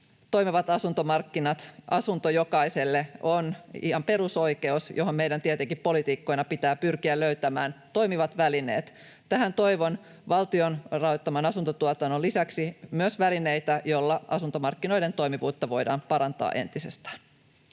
toimivat asuntomarkkinat — asunto jokaiselle — on ihan perusoikeus, johon meidän tietenkin poliitikkoina pitää pyrkiä löytämään toimivat välineet. Tähän toivon valtion rahoittaman asuntotuotannon lisäksi myös välineitä, joilla asuntomarkkinoiden toimivuutta voidaan parantaa entisestään.